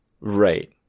Right